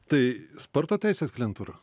tai sporto teisės klientūra